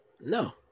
No